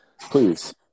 please